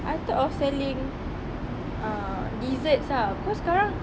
I thought of selling ah desserts ah cause sekarang